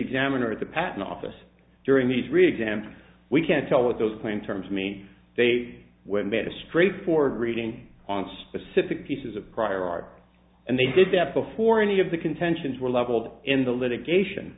examiner at the patent office during these really example we can't tell what those plain terms mean they were made a straightforward reading on specific pieces of prior art and they did that before any of the contentions were leveled in the litigation